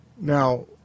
Now